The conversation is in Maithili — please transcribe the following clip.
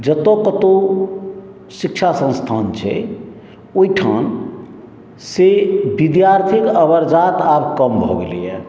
जतऽ कतौ शिक्षा संस्थान छै ओहिठाम से विद्यार्थीके अवरजात आब कम भऽ गेलैया